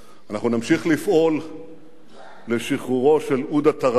אנחנו נמשיך לפעול לשחרורו של עודה תראבין,